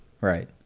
Right